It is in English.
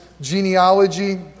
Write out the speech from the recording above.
genealogy